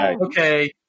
okay